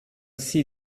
see